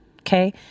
Okay